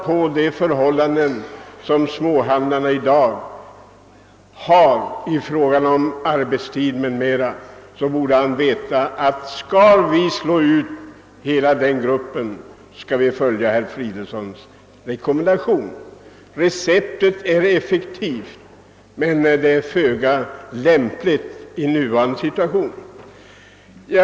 Herr Fridolfsson behöver bara titta på småhandlarnas förhållanden i fråga om t.ex. arbetstid för att inse detta. Receptet är effektivt men det är föga lämpligt i nuvarande situation.